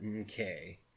okay